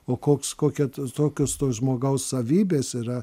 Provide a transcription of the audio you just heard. o koks kokia tos tokios tos žmogaus savybės yra